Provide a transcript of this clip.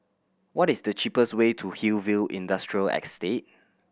what is the cheapest way to Hillview Industrial Estate